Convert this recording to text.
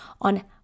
on